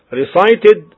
recited